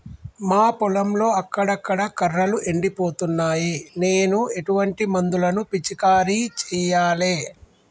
మా పొలంలో అక్కడక్కడ కర్రలు ఎండిపోతున్నాయి నేను ఎటువంటి మందులను పిచికారీ చెయ్యాలే?